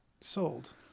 Sold